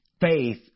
faith